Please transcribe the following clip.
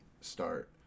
start